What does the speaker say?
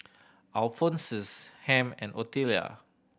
Alphonsus Ham and Otelia